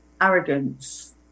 arrogance